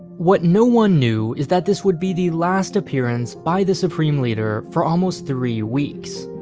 what no one knew is that this would be the last appearance by the supreme leader for almost three weeks.